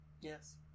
Yes